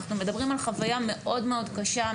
אנחנו מדברים על חוויה מאוד מאוד קשה,